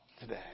today